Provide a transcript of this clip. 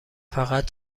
فقط